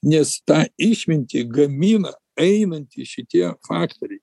nes tą išmintį gamina einantys šitie faktoriai